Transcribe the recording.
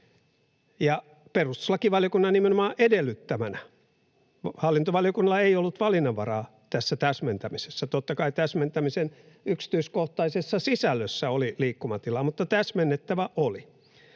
perustuslakivaliokunnan nimenomaan edellyttämänä, hallintovaliokunnalla ei ollut valinnanvaraa tässä täsmentämisessä. Totta kai täsmentämisen yksityiskohtaisessa sisällössä oli liikkumatilaa, mutta täsmennettävää oli.